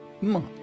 Mark